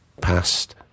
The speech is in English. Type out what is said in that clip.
past